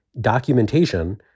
documentation